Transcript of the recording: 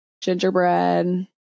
gingerbread